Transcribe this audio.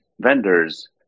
vendors